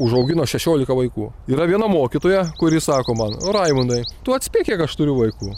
užaugino šešiolika vaikų yra viena mokytoja kuri sako man raimundai tu atspėk kiek aš turiu vaikų